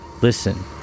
Listen